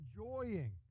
enjoying